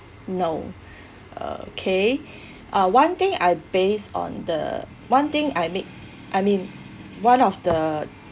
no okay ah one thing I based on the one thing I make I mean one of the